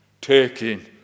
taking